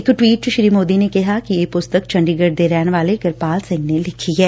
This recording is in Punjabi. ਇਕ ਟਵੀਟ ਚ ਸ੍ਰੀ ਮੋਦੀ ਨੇ ਕਿਹਾ ਕਿ ਇਹ ਪੁਸਤਕ ਚੰਡੀਗੜੁ ਦੇ ਰਹਿਣ ਵਾਲੇ ਕਿਰਪਾਲ ਸਿੰਘ ਨੇ ਲਿਖੀ ਐ